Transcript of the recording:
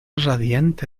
radiante